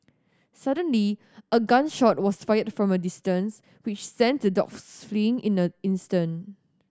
suddenly a gun shot was fired from a distance which sent the dogs fleeing in an instant